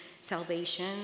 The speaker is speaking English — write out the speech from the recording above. salvation